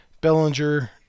Bellinger